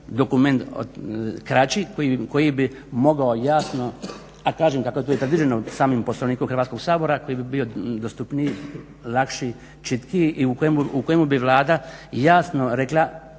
dokument kraći koji bi mogao jasno a kažem kako je to i predviđeno samim Poslovnikom Hrvatskog sabora koji bi bio dostupniji, lakši, čitkiji i u kojemu bi Vlada jasno rekla